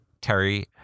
terry